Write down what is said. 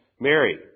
Mary